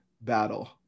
battle